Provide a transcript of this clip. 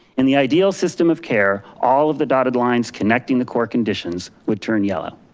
in the ideal system of care all of the dotted lines connecting the core conditions would turn yellow.